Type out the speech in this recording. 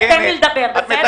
אז תן לי לדבר, בסדר.